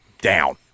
down